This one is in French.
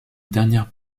dernière